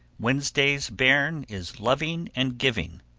wednesday's bairn is loving and giving,